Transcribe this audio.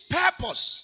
purpose